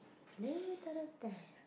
never gonna die